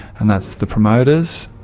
and that's the promoters,